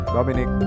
Dominic